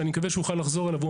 ואני מקווה שהוא יוכל לחזור אליו.